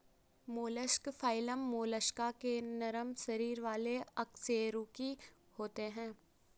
mollusc phylum Mollusca के नरम शरीर वाले अकशेरुकी होते हैं